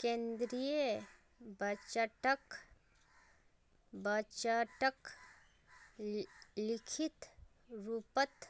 केन्द्रीय बजटक लिखित रूपतत